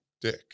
dick